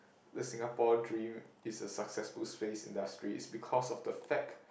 the Singapore dream is a successful space industry is because of the fact